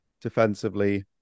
defensively